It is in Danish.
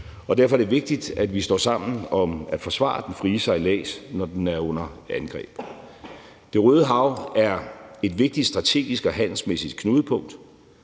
derfor er det vigtigt, at vi står sammen om at forsvare den frie sejlads, når den er under angreb. Det Røde Hav er et vigtigt strategisk og handelsmæssigt knudepunkt,